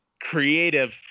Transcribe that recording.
creative